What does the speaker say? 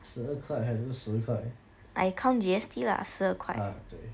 十二块还是十块啊对